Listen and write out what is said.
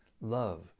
love